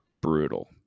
Brutal